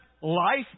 life